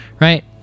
right